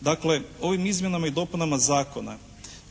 Dakle ovim Izmjenama i dopunama Zakona